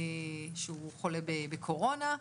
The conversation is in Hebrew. שהוא חולה בקורונה.